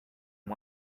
and